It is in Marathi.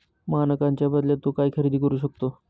मानकांच्या बदल्यात तू काय खरेदी करू शकतो?